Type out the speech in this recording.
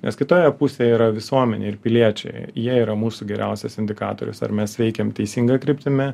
nes kitoje pusėje yra visuomenė ir piliečiai jie yra mūsų geriausias indikatorius ar mes veikiam teisinga kryptimi